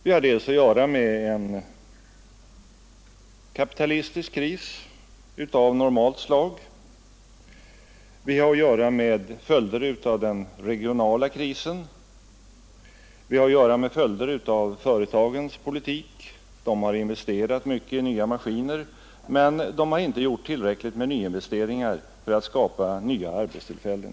Vi har delvis att göra med en kapitalistisk kris av normalt slag. Vi har att göra med följder av den regionala krisen. Vi har att göra med följder av företagens politik — de har investerat mycket i nya maskiner, men de har inte gjort tillräckligt med nyinvesteringar för att skapa nya arbetstillfällen.